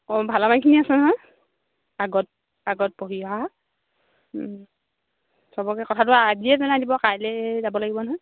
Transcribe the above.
অঁ ভালেমানখিনি আছে নহয় আগত আগত পঢ়ি অহা চবকে কথাটো আজিয়ে জনাই দিব কাইলৈ যাব লাগিব নহয়